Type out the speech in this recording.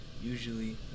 Usually